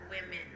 women